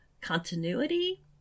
continuity